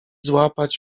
złapać